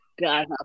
God